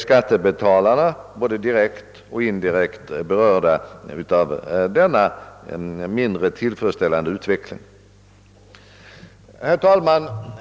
Skattebetalarna är både direkt och indirekt berörda av denna mindre tillfredsställande utveckling. Herr talman!